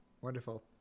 Wonderful